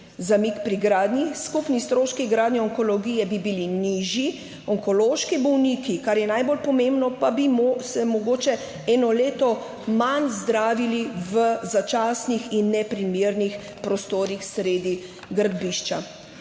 zamik pri gradnji, skupni stroški gradnje onkologije bi bili nižji, onkološki bolniki, kar je najbolj pomembno, pa bi se mogoče eno leto manj zdravili v začasnih in neprimernih prostorih sredi gradbišča.